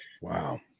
Wow